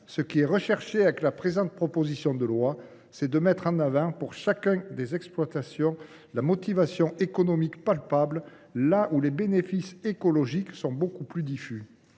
ce qui est recherché, avec la présente proposition de loi, c’est de mettre en avant, pour chaque exploitant, des motivations économiques palpables là où les bénéfices écologiques sont beaucoup plus diffus.